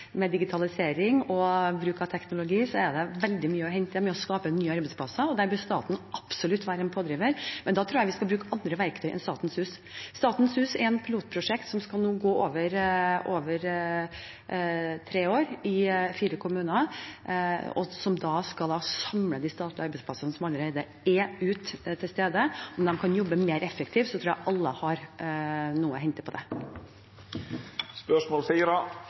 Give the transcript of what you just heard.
med digitalisering og bruk av annen teknologi veldig mye å hente med tanke på å skape nye arbeidsplasser. Der bør staten absolutt være en pådriver, men da tror jeg vi skal bruke andre verktøy enn Statens hus. Statens hus er et pilotprosjekt som skal gå over tre år i fire kommuner, og som skal samle de statlige arbeidsplassene som allerede er der ute. Om de kan jobbe mer effektivt, tror jeg alle har noe å hente på